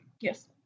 Yes